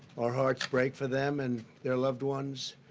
our hearts break for them and their loved ones.